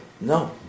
No